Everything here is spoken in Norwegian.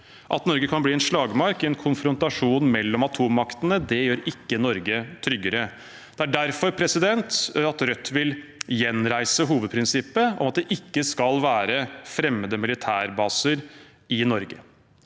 at Norge kan bli en slagmark i en konfrontasjon mellom atommaktene. Det gjør ikke Norge tryggere. Det er derfor Rødt vil gjenreise hovedprinsippet om at det ikke skal være fremmede militærbaser i Norge.